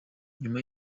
nyuma